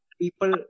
people